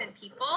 people